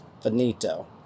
finito